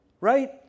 right